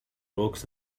rocks